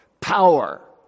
power